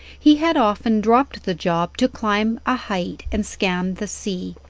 he had often dropped the job to climb a height and scan the sea,